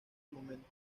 momento